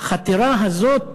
והחתירה הזאת